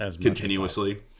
continuously